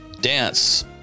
dance